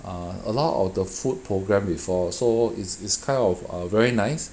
uh a lot of the food program before so it's it's kind of a very nice